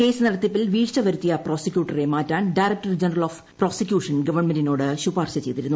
case നടത്തിപ്പിൽ വീഴ്ച വരുത്തിയ പ്രോസിക്യൂട്ടറെ മാറ്റാൻ ഡയറക്ടർ ജനറൽ ഓഫ് പ്രോസിക്യൂഷൻ ഗവൺമെന്റിനോട് ശുപാർശ ചെയ്തിരുന്നു